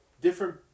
different